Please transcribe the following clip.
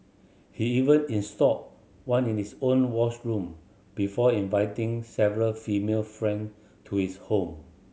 he even installed one in his own wash room before inviting several female friend to his home